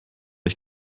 ich